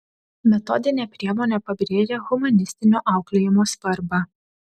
metodinė priemonė pabrėžia humanistinio auklėjimo svarbą